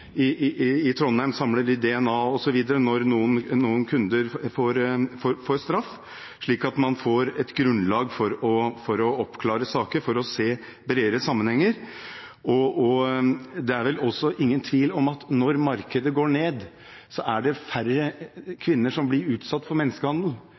I Trondheim samler man DNA osv. når kunder får straff, slik at man får et grunnlag for å oppklare saker og for å se bredere sammenhenger. Det er vel heller ingen tvil om at når markedet blir mindre, er det færre kvinner som blir utsatt for menneskehandel.